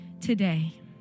today